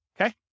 Okay